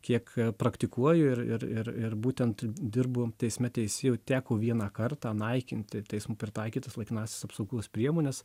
kiek praktikuoju ir ir ir ir būtent dirbu teisme teisėju teko vieną kartą naikinti teismo pritaikytas laikinąsias apsaugos priemones